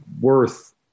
worth